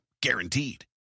guaranteed